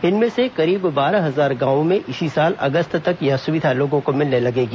इनमें से करीब बारह हजार गावों में इसी साल अगस्त तक यह सुविधा लोगों को मिलने लगेगी